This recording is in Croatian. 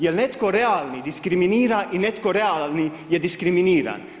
Jer netko realni diskriminira, i netko realan je diskriminiran.